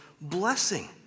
blessing